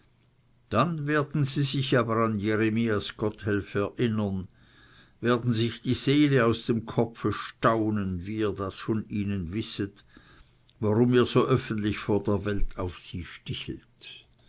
dann werden sie sich aber an keinen jeremias gotthelf erinnern werden sich die seele aus dem kopf staunen wer das von ihnen wissen könne wer so öffentlich vor der welt auf sie stichele